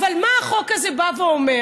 אבל מה החוק הזה בא ואומר?